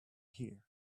here